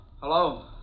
Hello